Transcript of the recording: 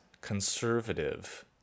conservative